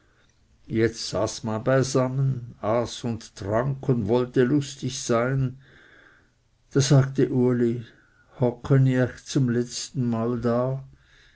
jetzt saß man beisammen aß und trank und wollte lustig sein da sagte uli hocken ih ächt zum letztenmal da